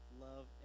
love